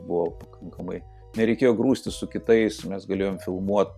buvo pakankamai nereikėjo grūstis su kitais mes galėjom filmuot